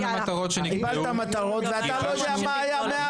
קיבלת מטרות ואתה לא יודע מי גיבש אותן.